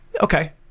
okay